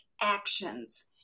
actions